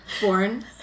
Born